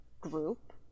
group